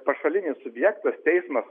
pašalinis subjektas teismas